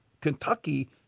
Kentucky